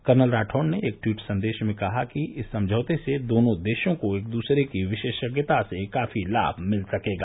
colonel Rathore ने एक tweet संदेश में कहा कि इस समझौते से दोनों देशों को एक दूसरे की विशेषज्ञता से काफी लाभ मिल सकेगा